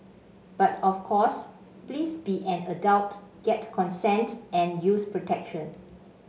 but of course please be an adult get consent and use protection